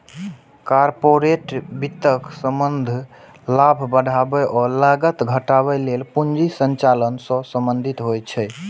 corporate वित्तक संबंध लाभ बढ़ाबै आ लागत घटाबै लेल पूंजी संचालन सं संबंधित होइ छै